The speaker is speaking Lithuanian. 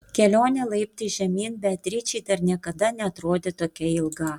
kelionė laiptais žemyn beatričei dar niekada neatrodė tokia ilga